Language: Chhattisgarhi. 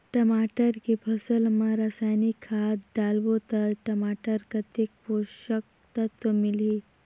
टमाटर के फसल मा रसायनिक खाद डालबो ता टमाटर कतेक पोषक तत्व मिलही?